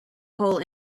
paul